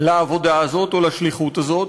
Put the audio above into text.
לעבודה הזאת או לשליחות הזאת,